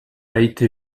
été